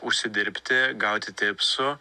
užsidirbti gauti tipsų